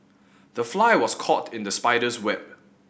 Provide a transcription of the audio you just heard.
the fly was caught in the spider's web